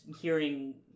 hearing